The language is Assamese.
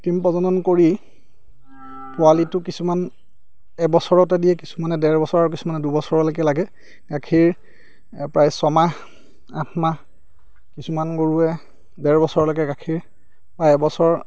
কৃত্ৰিম প্ৰজনন কৰি পোৱালীটো কিছুমান এবছৰতে দিয়ে কিছুমানে ডেৰ বছৰ আৰু কিছুমানে দুবছৰলৈকে লাগে গাখীৰ প্ৰায় ছমাহ আঠ মাহ কিছুমান গৰুৱে ডেৰ বছৰলৈকে গাখীৰ বা এবছৰ